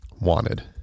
wanted